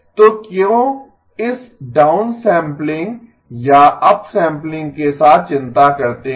तो क्यों इस डाउनसैम्पलिंग या अपसैम्पलिंग के साथ चिंता करते हैं